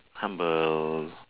humble